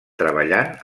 treballant